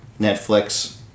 Netflix